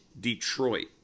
Detroit